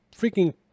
freaking